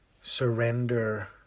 Surrender